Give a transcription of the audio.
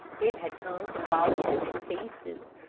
it had come from boston in pieces,